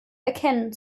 erkennen